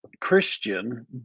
Christian